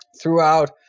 throughout